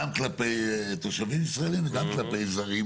גם כלפי תושבים ישראלים וגם כלפי זרים